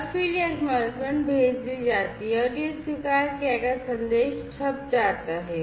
और फिर यह पावती भेज दी जाती है और यह स्वीकार किया गया संदेश छप जाता है